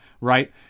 Right